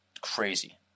crazy